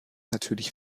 natürlich